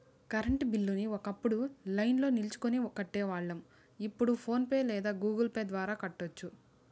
current బిల్లుని ఒకప్పుడు లైన్ల్నో నిల్చొని కట్టేవాళ్ళం, ఇప్పుడు ఫోన్ పే లేదా గుగుల్ పే ద్వారా కూడా కట్టొచ్చు